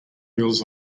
wheels